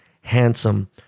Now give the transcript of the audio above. handsome